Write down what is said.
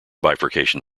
bifurcation